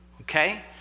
okay